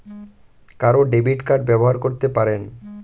কারা debit card ব্যবহার করতে পারেন?